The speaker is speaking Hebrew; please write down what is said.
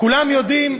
כולם יודעים,